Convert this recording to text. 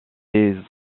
ses